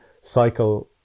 cycle